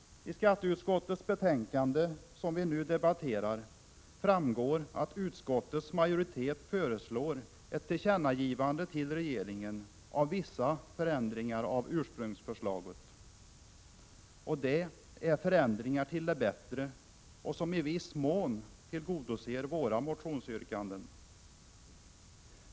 Av skatteutskottets betänkande nr 2, som vi nu debatterar, framgår att utskottets majoritet föreslår att riksdagen skall ge regeringen till känna vissa förändringar av ursprungsförslaget. Det är förändringar till det bättre som i viss mån tillgodoser våra motionsyrkanden.